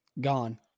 gone